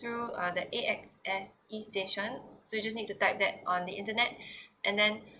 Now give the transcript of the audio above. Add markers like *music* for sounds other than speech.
through uh the A_X_S e station so you just need to type that on the internet *breath* and then